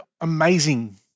amazing